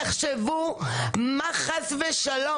תחשבו מה חס ושלום,